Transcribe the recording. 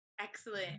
excellent